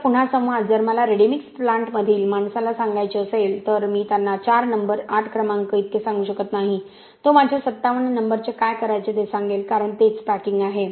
तर पुन्हा संवाद जर मला रेडी मिक्स प्लांटमधील माणसाला सांगायचे असेल तर मी त्यांना 4 नंबर 8 क्रमांक इतके सांगू शकत नाही तो माझ्या 57 नंबरचे काय करायचे ते सांगेल कारण तेच पॅकिंग आहे